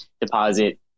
deposit